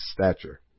stature